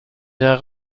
der